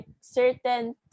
certain